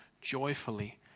joyfully